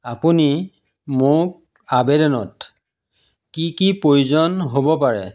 আপুনি মোক আবেদনত কি কি প্ৰয়োজন হ'ব পাৰে